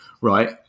right